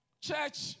Church